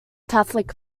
catholic